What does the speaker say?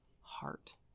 heart